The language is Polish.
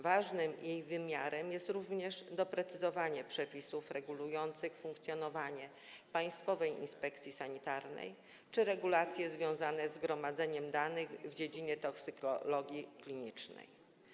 Ważny jej wymiar to również doprecyzowanie przepisów regulujących funkcjonowanie Państwowej Inspekcji Sanitarnej czy regulacje związane z gromadzeniem danych w dziedzinie toksykologii klinicznej.